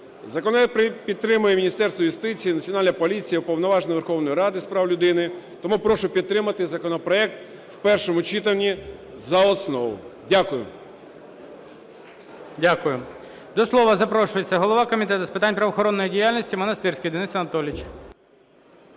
Законопроект підтримує Міністерство юстиції, Національна поліція, Уповноважений Верховної Ради з прав людини. Тому прошу підтримати законопроект в першому читанні за основу. Дякую.